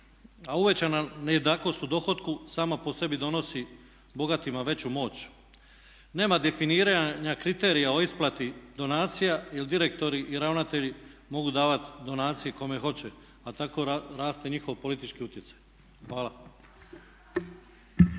a uvećana nejednakost u dohotku sama po sebi donosi bogatima veću moć. Nema definiranja kriterija o isplati donacija jer direktori i ravnatelji mogu davati donacije kome hoće pa tako raste njihov politički utjecaj. Hvala.